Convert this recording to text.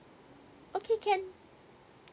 okay can